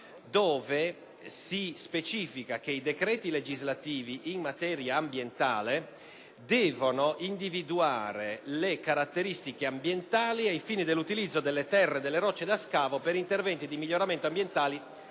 dove si specifica che i decreti legislativi in materia ambientale devono individuare le «caratteristiche ambientali ai fini dell'utilizzo delle terre e delle rocce da scavo per interventi di miglioramento ambientale